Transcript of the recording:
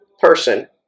person